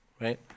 right